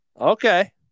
Okay